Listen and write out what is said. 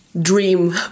dream